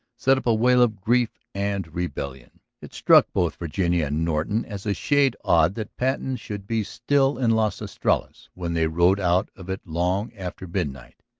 set up a wail of grief and rebellion. it struck both virginia and norton as a shade odd that patten should be still in las estrellas when they rode out of it long after midnight.